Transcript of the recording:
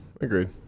agreed